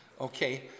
Okay